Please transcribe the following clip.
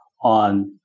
on